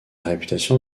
réputation